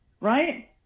right